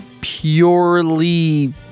purely